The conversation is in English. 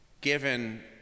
given